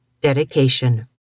Dedication